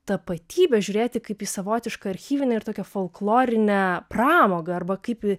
tapatybę žiūrėti kaip į savotišką archyvinę ir tokią folklorinę pramogą arba kaip